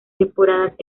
temporadas